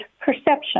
perception